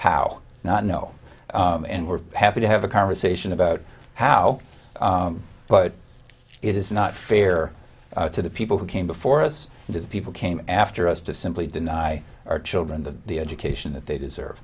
how not no and we're happy to have a conversation about how but it is not fair to the people who came before us and to the people came after us to simply deny our children the education that they deserve